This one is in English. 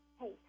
Hey